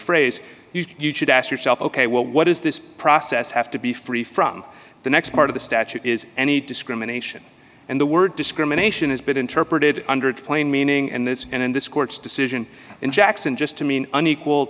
phrase you should ask yourself ok well what is this process have to be free from the next part of the statute is any discrimination and the word discrimination has been interpreted under the plain meaning and this and in this court's decision in jackson just to mean an equal